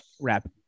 wrap